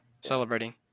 celebrating